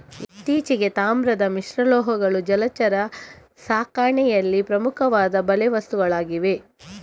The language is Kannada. ಇತ್ತೀಚೆಗೆ, ತಾಮ್ರದ ಮಿಶ್ರಲೋಹಗಳು ಜಲಚರ ಸಾಕಣೆಯಲ್ಲಿ ಪ್ರಮುಖವಾದ ಬಲೆ ವಸ್ತುಗಳಾಗಿವೆ